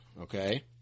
okay